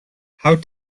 how